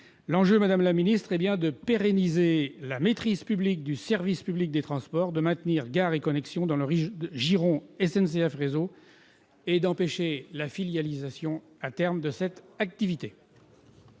L'enjeu, madame la ministre, est de pérenniser la maîtrise publique du service public des transports, de maintenir Gares & Connexions dans le giron de SNCF Réseau et d'empêcher la filialisation, à terme, de cette activité.